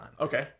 Okay